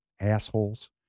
assholes